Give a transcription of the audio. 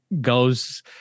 goes